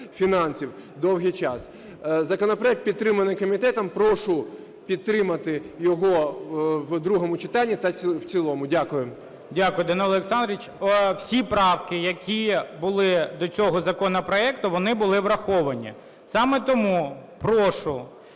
фінансів довгий час. Законопроект підтриманий комітетом. Прошу підтримати його в другому читанні та в цілому. Дякую. ГОЛОВУЮЧИЙ. Дякую, Данило Олександрович. Всі правки, які були до цього законопроекту, вони були враховані. Саме тому прошу